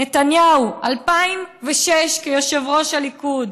נתניהו, 2006, כיושב-ראש הליכוד.